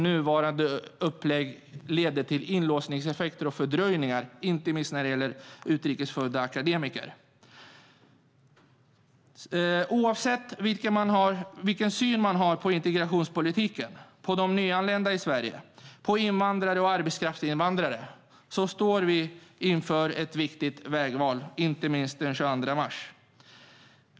Nuvarande upplägg leder till inlåsningseffekter och fördröjningar, inte minst när det gäller utrikes födda akademiker. Oavsett vilken syn man har på integrationspolitik, på de nyanlända i Sverige, på invandrare och arbetskraftsinvandrare, så står vi inför ett viktigt vägval, inte minst den 22 mars.